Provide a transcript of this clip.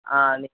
ആ